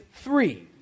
three